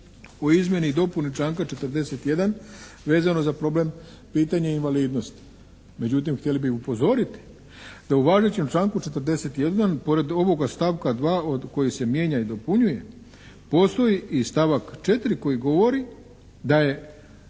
o izmjeni i dopuni članka 41. vezano za problem pitanja invalidnosti. Međutim, htjeli bi upozoriti da u važećem članku 41. pored ovoga stavka 2. koji se mijenja i dopunjuje postoji i stavak 4. koji govori da je